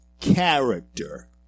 character